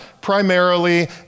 primarily